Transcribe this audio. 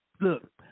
look